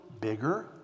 bigger